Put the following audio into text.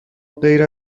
غیر